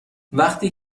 وقتی